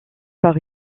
par